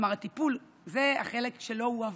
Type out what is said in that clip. כלומר הטיפול זה החלק שלא הועבר.